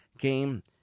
game